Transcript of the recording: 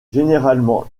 généralement